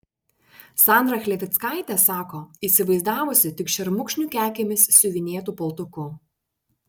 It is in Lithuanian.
sandrą chlevickaitę sako įsivaizdavusi tik šermukšnių kekėmis siuvinėtu paltuku